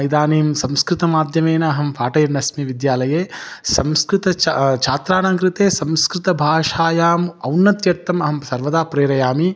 इदानीं संस्कृतमाध्यमेन अहं पाठयन् अस्मि विद्यालये संस्कृतछात्राणां कृते संस्कृतभाषायाम् औन्नत्यर्थम् अहं सर्वदा प्रेरयामि